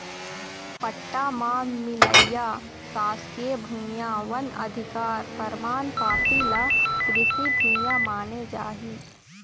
पट्टा म मिलइया सासकीय भुइयां, वन अधिकार परमान पाती ल कृषि भूइया माने जाही